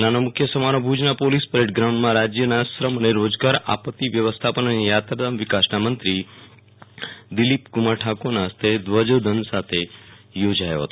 જિલ્લાનો મુખ્ય સમારોહ ભુજના પોલીસ પરેડ ગ્રાઉન્ડમાં રાજયના શ્રમ અને રોજગાર આપતિ વ્યવસ્થાપન અને યાત્રાધામ વિકાસના મંત્રી દિલીપકમાર ઠાકોરના હસ્તે ધ્વજવદંન સાથે યોજાયો હતો